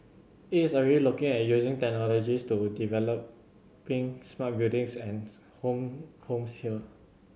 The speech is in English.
it is already looking at using technologies to developing smart buildings and home homes here